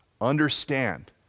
understand